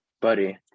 buddy